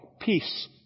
peace